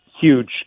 huge